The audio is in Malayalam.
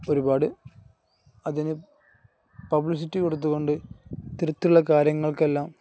ഒരുപാട് അതിന് പബ്ലിസിറ്റി കൊടുത്തുകൊണ്ട് ഇത്തരത്തിലുള്ള കാര്യങ്ങൾക്കെല്ലാം